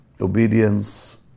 obedience